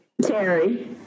Terry